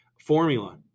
formula